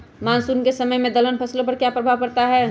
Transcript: Monsoon के समय में दलहन फसलो पर क्या प्रभाव पड़ता हैँ?